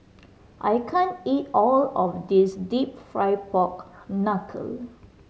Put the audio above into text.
I can't eat all of this Deep Fried Pork Knuckle